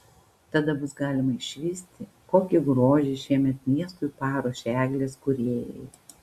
tada bus galima išvysti kokį grožį šiemet miestui paruošė eglės kūrėjai